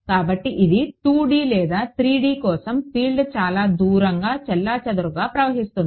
కాబట్టి ఇది 2D లేదా 3D కోసం ఫీల్డ్ చాలా దూరంగా చెల్లాచెదురుగా ప్రవహిస్తుంది